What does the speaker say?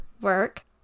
work